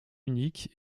unique